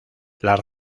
las